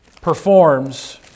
performs